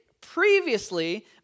previously